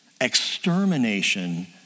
extermination